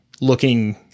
looking